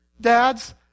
dads